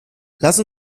lass